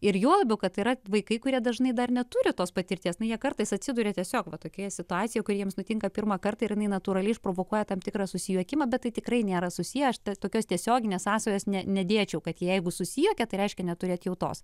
ir juo labiau kad yra vaikai kurie dažnai dar neturi tos patirties na jie kartais atsiduria tiesiog va tokioje situacijoje kuri jiems nutinka pirmą kartą ir jinai natūraliai išprovokuoja tam tikrą susijuokimą bet tai tikrai nėra susiję aš tokios tiesioginės sąsajos ne nedėčiau kad jeigu susijuokė tai reiškia neturi atjautos